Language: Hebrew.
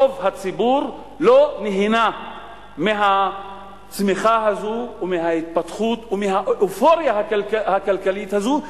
רוב הציבור לא נהנה מהצמיחה הזאת ומההתפתחות ומהאופוריה הכלכלית הזאת,